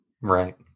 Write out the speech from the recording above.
Right